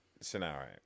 scenario